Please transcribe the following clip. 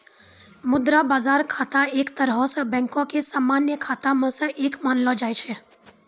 मुद्रा बजार खाता एक तरहो से बैंको के समान्य खाता मे से एक मानलो जाय छै